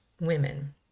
women